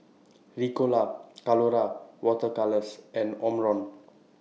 Ricola Colora Water Colours and Omron